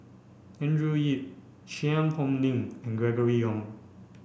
Andrew Yip Cheang Hong Lim and Gregory Yong